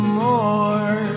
more